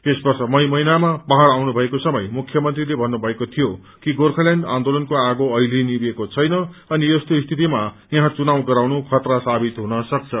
यस वर्ष मई महिनामा पहाड़ आउनु भएको समय मुख्यमन्त्रीले भन्नु भएको थियो कि गोर्खाल्याण्ड आन्दोलनको आगो अहिले निमेको छैन अनि यस्तो स्थितिमा यहाँ चुनाव गराउनु खतरा सावित हुन सक्छ